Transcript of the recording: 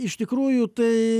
iš tikrųjų tai